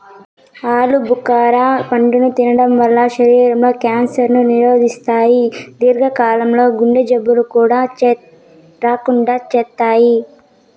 ఆలు భుఖర పండును తినడం వల్ల శరీరం లో క్యాన్సర్ ను నిరోధిస్తాయి, దీర్ఘ కాలం లో గుండె జబ్బులు రాకుండా చేత్తాయి